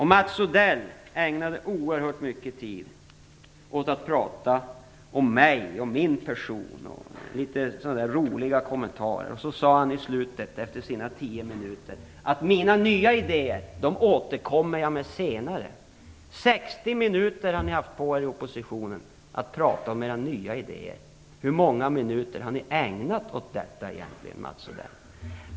Mats Odell ägnade oerhört mycket tid åt att prata om mig och min person, litet roliga kommentarer. Så sade han efter sina tio minuter att han skulle återkomma med nya idéer senare. Ni har haft 60 minuter på er i oppositionen att prata om era nya idéer. Hur många minuter har ni ägnat er åt detta egentligen, Mats Odell?